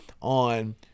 on